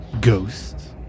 Ghosts